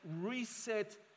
reset